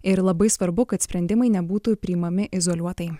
ir labai svarbu kad sprendimai nebūtų priimami izoliuotai